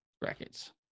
brackets